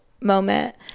moment